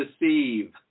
deceive